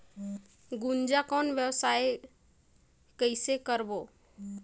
गुनजा कौन व्यवसाय कइसे करबो?